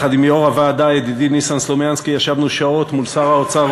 יחד עם יושב-ראש הוועדה ידידי ניסן סלומינסקי ישבנו שעות מול שר האוצר